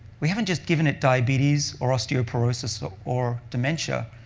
we haven't just given it diabetes or osteoporosis or dementia.